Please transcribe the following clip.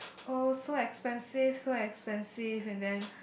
oh so expensive so expensive and then